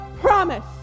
promise